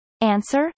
Answer